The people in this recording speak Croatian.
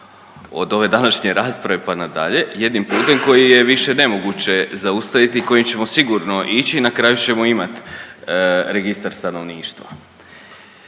od ove današnje rasprave pa nadalje, jednim putem koji je više nemoguće zaustaviti i kojim ćemo sigurno ići i na kraju ćemo imati Registar stanovništva.